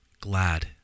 glad